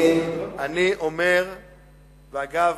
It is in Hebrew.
אגב,